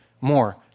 more